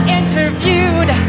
interviewed